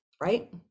right